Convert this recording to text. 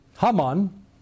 Haman